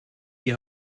die